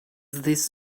this